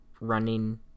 running